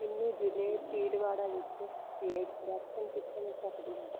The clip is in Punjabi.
ਮੈਨੂੰ ਜ਼ਿਲ੍ਹੇ ਭੀਲਵਾੜਾ ਵਿੱਚ ਪੇਡ ਵੈਕਸੀਨ ਕਿੱਥੋਂ ਮਿਲ ਸਕਦੀ ਹੈ